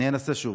אנסה שוב.